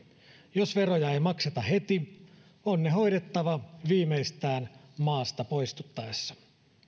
jos veroja ei makseta heti on ne hoidettava viimeistään maasta poistuttaessa